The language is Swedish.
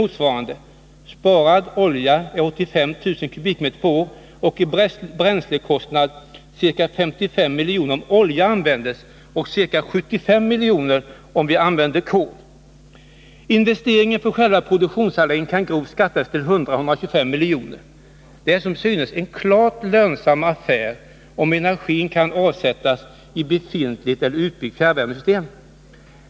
Man sparar en oljemängd om ca 55 000 m3 per år och en bränslekostnad på ca 55 milj.kr. om olja används och ca 75 milj.kr. om kol används. Investeringen för själva produktionsanläggningen kan grovt skattas till 100-125 milj.kr. Det är som synes en klart lönsam affär, om energin kan avsättas i befintligt och utbyggt fjärrvärmenät.